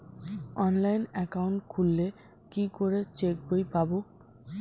Online account খুললে কি করে চেক বই পাব?